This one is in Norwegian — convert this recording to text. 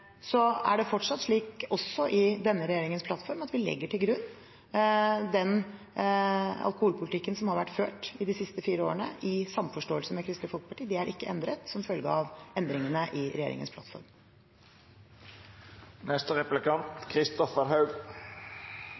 Så er det fortsatt slik – også i denne regjeringens plattform – at vi legger til grunn den alkoholpolitikken som har vært ført i samforståelse med Kristelig Folkeparti i de siste fire årene. Den er ikke endret som følge av endringene i regjeringens